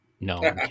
No